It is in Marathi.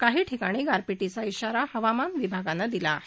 काही ठिकाणी गारपिटीचा इशारा हवामान विभागानं दिला आहे